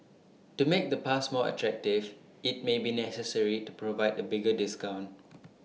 to make the pass more attractive IT may be necessary to provide A bigger discount